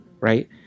right